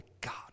God